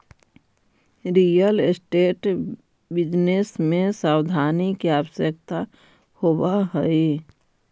real estate business में सावधानी के आवश्यकता होवऽ हई